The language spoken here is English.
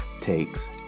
takes